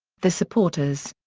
the supporters.